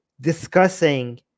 discussing